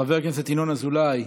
חבר הכנסת ינון אזולאי,